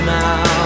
now